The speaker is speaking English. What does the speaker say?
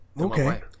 Okay